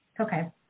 Okay